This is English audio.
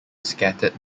scattered